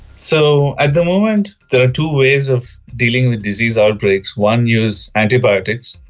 so at the moment there are two ways of dealing with disease outbreaks. one uses antibiotics,